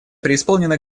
преисполнена